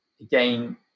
again